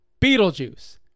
Beetlejuice